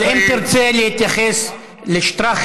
אבל אם תרצה להתייחס לשטראכה,